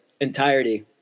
entirety